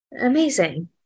Amazing